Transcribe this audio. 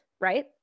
right